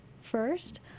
first